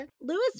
Lewis